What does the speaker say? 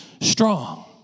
strong